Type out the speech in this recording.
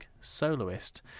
soloist